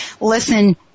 listen